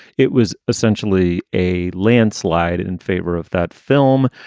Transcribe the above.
it was essentially a landslide in favor of that film.